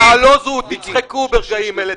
תעלזו ותצחקו ברגעים אלה.